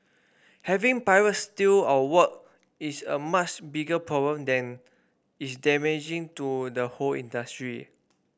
having pirates steal our work is a much bigger problem than is damaging to the whole industry